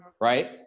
right